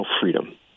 freedom